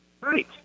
Right